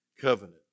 covenant